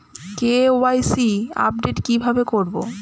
KYC update কি ভাবে করবো?